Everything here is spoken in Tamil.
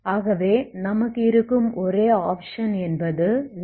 ஆகவே நமக்கு இருக்கும் ஒரே ஆப்சன் என்பது λ 2 ஆகும்